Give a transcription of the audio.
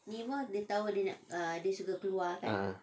ah